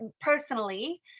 personally